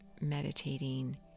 meditating